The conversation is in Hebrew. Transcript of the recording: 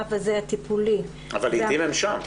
המרחב הטיפולי הזה --- אבל לעתים הם שם.